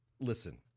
Listen